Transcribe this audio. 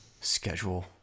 schedule